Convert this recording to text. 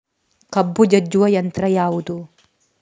ಕಬ್ಬು ಜಜ್ಜುವ ಯಂತ್ರ ಯಾವುದು?